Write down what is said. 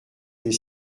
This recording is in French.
des